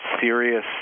serious